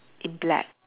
in black